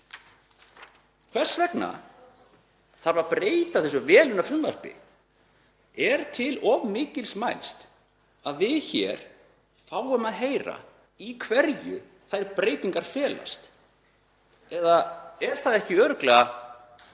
Hvers vegna þarf að breyta þessu vel unna frumvarpi? Er til of mikils mælst að við fáum að heyra í hverju þær breytingar felast, eða er það ekki örugglega